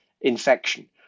infection